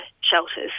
shelters